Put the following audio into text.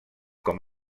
com